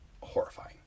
horrifying